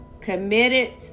committed